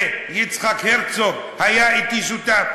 ויצחק הרצוג היה שותף אתי,